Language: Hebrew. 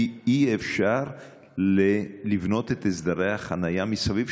כי אי-אפשר לבנות את הסדרי החניה מסביב,